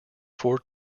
four